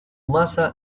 masa